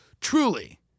Truly